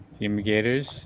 Humigators